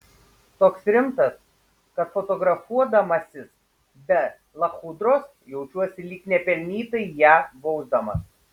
toks rimtas kad fotografuodamasis be lachudros jaučiuosi lyg nepelnytai ją bausdamas